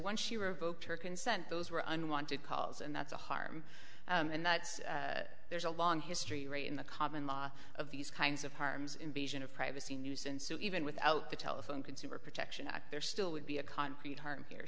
when she revoked her consent those were unwanted calls and that's a harm in that there's a long history right in the common law of these kinds of harms invasion of privacy nuisance so even without the telephone consumer protection act there still would be a concrete harm here